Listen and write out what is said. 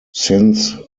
since